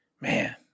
man